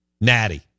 Natty